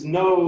no